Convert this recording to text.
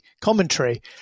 commentary